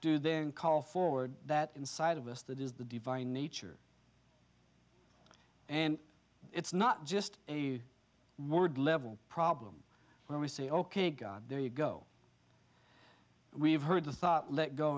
to then call forward that inside of us that is the divine nature and it's not just a new word level problem where we say ok god there you go we have heard the thought let go